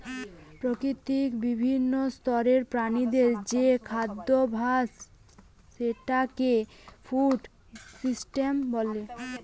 প্রকৃতিতে বিভিন্ন স্তরের প্রাণীদের যে খাদ্যাভাস সেটাকে ফুড সিস্টেম বলে